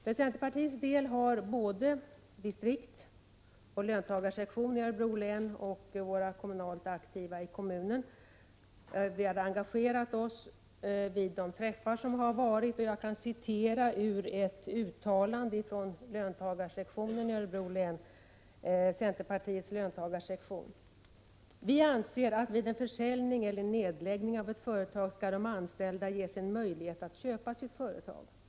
För centerpartiets del har både distrikt och löntagarsektion i Örebro län och de kommunalt aktiva i Kumla kommun engagerat sig vid de träffar som hållits, och jag kan citera ur ett uttalande från centerpartiets löntagarsektion i Örebro län: ”Vi anser att vid en försäljning eller nedläggning av ett företag skall de anställda ges en möjlighet att köpa sitt företag.